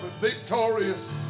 victorious